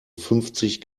fünfzig